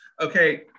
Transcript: okay